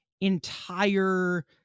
entire